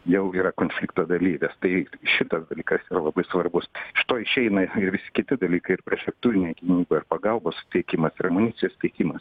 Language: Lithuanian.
jau yra konflikto dalyvės tai šitas dalykas yra labai svarbus iš to išeina ir kiti dalykai ir priešlėktuvinė gynyba ir pagalbos suteikimas ir amunicijos tiekimas